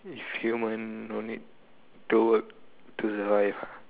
if human no need to work to survive